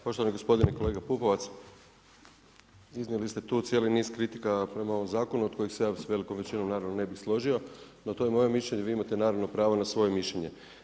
Poštovani gospodine, kolega Pupovac, iznijeli ste tu cijeli niz kritika prema ovom zakonu od kojeg se ja s velikom većinom naravno ne bih složio, no to je moje mišljenje, vi imate naravno pravo na svoje mišljenje.